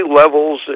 levels